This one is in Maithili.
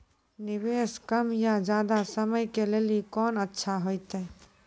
निवेश कम या ज्यादा समय के लेली कोंन अच्छा होइतै?